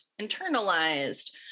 internalized